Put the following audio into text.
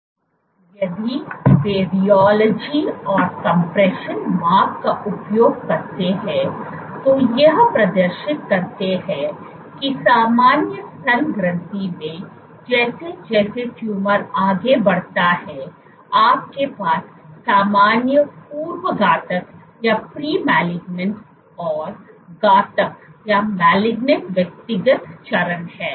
यदि वे रियोलॉजी और कम्प्रेशन माप का उपयोग करते हैं तो ये प्रदर्शित करते हैं कि सामान्य स्तन ग्रंथि में जैसे जैसे ट्यूमर आगे बढ़ता हैआपके पास सामान्य पूर्व घातक और घातक व्यक्तिगत चरण हैं